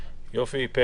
הצבעה ההצבעה אושרה.